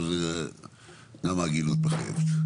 גם ההגינות מחייבת.